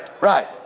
Right